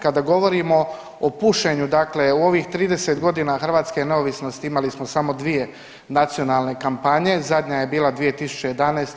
Kada govorimo o pušenju dakle u ovih 30 godina hrvatske neovisnosti imali smo samo dvije nacionalne kampanje, zadnja je bila 2011.